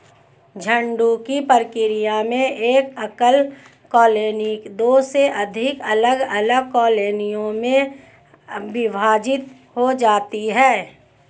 झुंड की प्रक्रिया में एक एकल कॉलोनी दो से अधिक अलग अलग कॉलोनियों में विभाजित हो जाती है